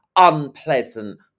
unpleasant